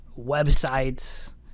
websites